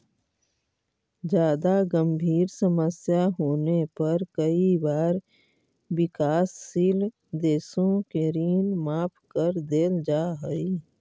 जादा गंभीर समस्या होने पर कई बार विकासशील देशों के ऋण माफ कर देल जा हई